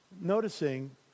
noticing